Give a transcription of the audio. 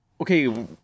okay